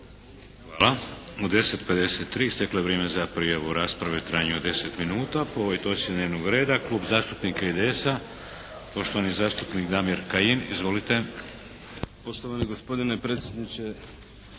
Hvala. U 10,53 isteklo je vrijeme za prijavu u raspravi u trajanju od 10 minuta po ovoj točci dnevnog reda. Klub zastupnika IDS-a, poštovani zastupnik Damir Kajin. Izvolite.